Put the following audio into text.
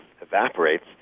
evaporates